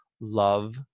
love